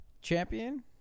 champion